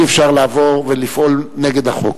אי-אפשר לעבור ולפעול נגד החוק,